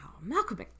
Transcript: Malcolm